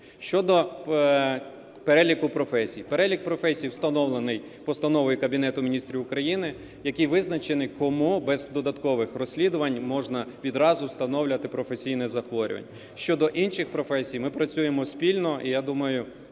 Щодо переліку професій. Перелік професій встановлений постановою Кабінетів Міністрів України, який визначений кому, без додаткових розслідувань, можна відразу встановлювати професійне захворювання. Щодо інших професій, ми працюємо спільно, і я думаю,